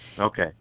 Okay